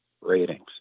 ratings